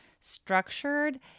structured